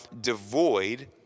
devoid